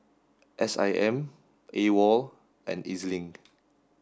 S I M AWOL and E Z Link